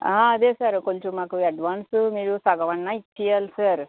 అదే సార్ కొంచం మాకు అడ్వాన్స్ మీరు సగం అన్నా ఇచ్చేయాలి సార్